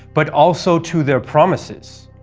but also to their promises.